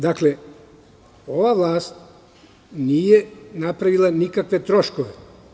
Dakle ova vlast nije napravila nikakve troškove.